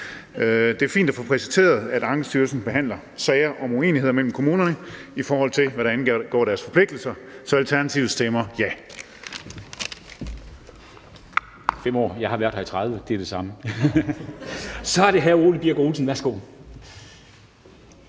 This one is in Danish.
Det er fint at få præciseret, at Ankestyrelsen behandler sager om uenigheder mellem kommunerne i forhold til deres forpligtelser, så Alternativet stemmer for.